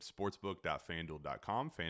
sportsbook.fanduel.com